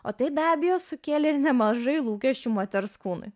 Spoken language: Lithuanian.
o tai be abejo sukėlė nemažai lūkesčių moters kūnui